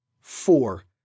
Four